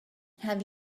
have